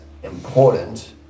important